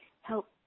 help